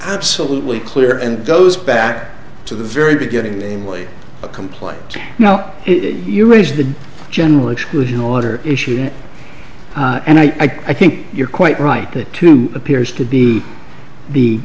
absolutely clear and goes back to the very beginning amely a complaint now if you raise the general exclusion order issue and i i think you're quite right it too appears to be the